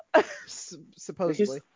supposedly